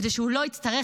כדי שהוא לא יצטרך,